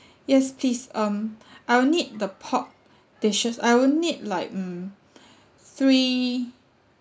yes please um I'll need the pork dishes I will need like mm three